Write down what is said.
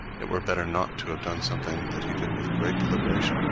it were better not to have done something that he did with great deliberation